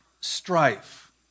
strife